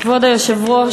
כבוד היושב-ראש,